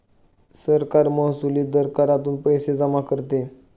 सरकार महसुली दर करातून पैसे जमा करते